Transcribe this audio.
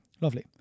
Lovely